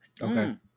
Okay